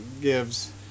gives